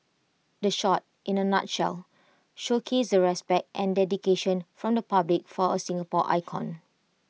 the shot in A nutshell showcased the respect and dedication from the public for A Singapore icon